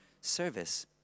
service